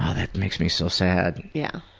ah that makes me so sad. yeah